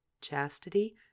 chastity